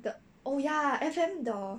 the oh yeah F_M the